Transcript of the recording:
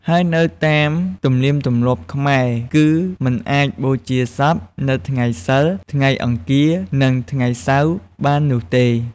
ហើយនៅតាមទន្លៀមទំលាប់ខ្មែរគឺមិនអាចបូជាសពនៅថ្ងៃសីល ថ្ងៃអង្គារនិងថ្ងៃសៅរ៍បាននោះទេ។